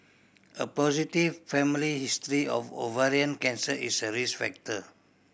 a positive family history of ovarian cancer is a risk factor